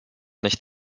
nicht